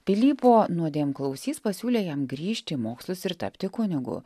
pilypo nuodėmklausys pasiūlė jam grįžti į mokslus ir tapti kunigu